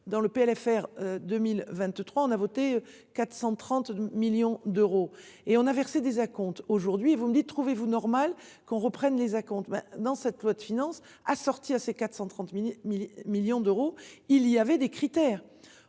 Dans le PLFR 2023 on a voté 430 millions d'euros et on a versé des acomptes aujourd'hui vous me dites, trouvez-vous normal qu'on reprenne les acomptes dans cette loi de finances assorti à ses 430.000 millions d'euros. Il y avait des critères.